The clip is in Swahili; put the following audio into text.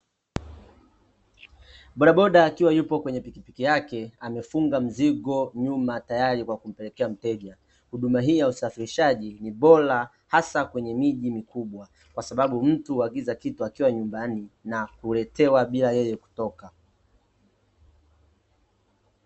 Bodaboda akiwa yupo kwenye pikipiki yake amefunga mzigo nyuma tayari kwa kumpelekea mteja. Huduma hii ya usafirishaji ni bora hasa kwenye miji mikubwa kwasababu mtu huagiza kitu akiwa nyumbani na huletewa bila yeye kutoka.